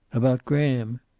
about graham?